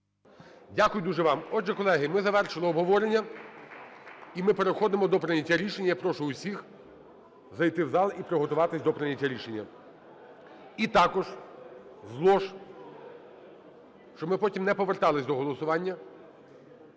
Дякую дуже вам. Отже, колеги, ми завершили обговорення, і ми переходимо до прийняття рішення. Я прошу усіх зайти в зал і приготуватись до прийняття рішення. І також з лож, щоб ми потім не повертались до голосування,